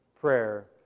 prayer